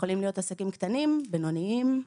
יכולים להיות עסקים קטנים, בינוניים.